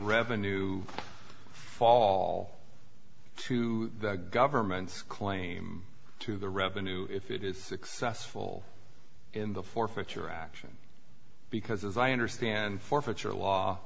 revenue fall to the government's claim to the revenue if it is successful in the forfeiture action because as i understand forfeiture law